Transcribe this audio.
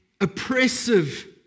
oppressive